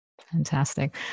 Fantastic